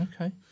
Okay